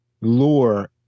Lore